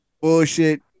bullshit